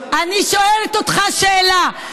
אני שואלת אותך שאלה.